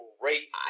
great